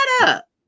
up